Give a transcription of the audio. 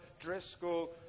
Driscoll